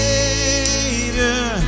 Savior